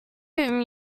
whom